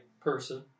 person